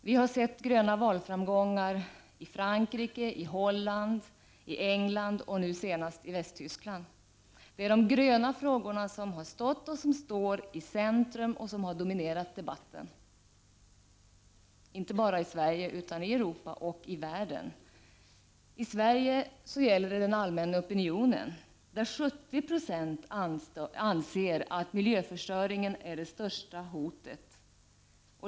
Vi har sett gröna valframgångar i Frankrike, Holland och England och nu senast i Västtyskland. Det är de gröna frågorna som stått, och som står, i centrum och som har dominerat debatten, inte bara i Sverige utan i Europa och i världen. I Sverige gäller det den allmänna opinionen. 70 90 anser att miljöförstöringen är det största hotet.